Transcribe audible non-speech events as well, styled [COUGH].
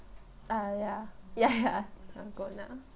uh ya ya [LAUGHS] ya ah dalgona